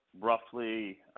roughly